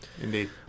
Indeed